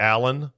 Allen